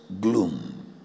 gloom